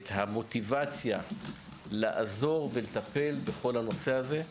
את המוטיבציה לעזור ולטפל בכל הנושא הזה.